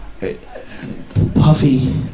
puffy